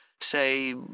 Say